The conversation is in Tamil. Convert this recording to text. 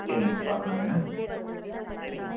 சரிங்க பார்க்கலாங்க சரிங்க